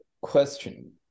question